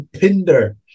Pinder